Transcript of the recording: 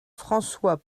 françois